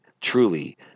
truly